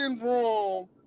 wrong